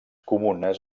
comunes